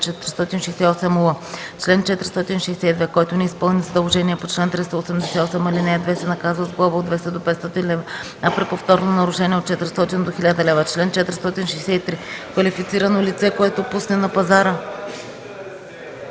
468л: „Чл. 462. Който не изпълни задължение по чл. 388, ал. 2, се наказва с глоба от 200 до 500 лв., а при повторно нарушение – от 400 до 1000 лв. Чл. 463. Квалифицирано лице, което пусне на пазара